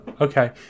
okay